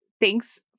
thanks